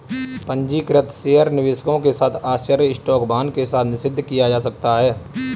पंजीकृत शेयर निवेशकों के साथ आश्चर्य स्टॉक वाहन के साथ निषिद्ध किया जा सकता है